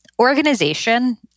organization